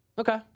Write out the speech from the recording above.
Okay